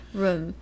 room